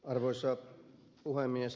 arvoisa puhemies